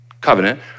Covenant